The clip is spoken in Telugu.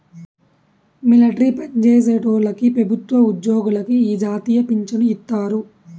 మిలట్రీ పన్జేసేటోల్లకి పెబుత్వ ఉజ్జోగులకి ఈ జాతీయ పించను ఇత్తారు